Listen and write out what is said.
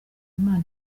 imana